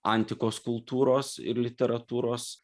antikos kultūros ir literatūros